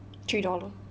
three dollar